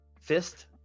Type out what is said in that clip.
Fist